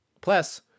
Plus